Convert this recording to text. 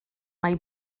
mae